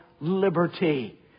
liberty